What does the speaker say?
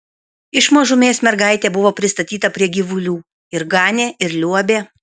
iš mažumės mergaitė buvo pristatyta prie gyvulių ir ganė ir liuobė